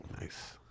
Nice